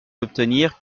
obtenir